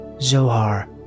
Zohar